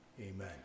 amen